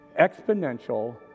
exponential